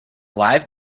live